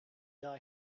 die